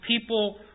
people